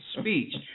speech